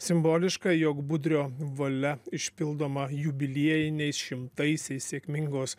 simboliška jog budrio valia išpildoma jubiliejiniais šimtaisiais sėkmingos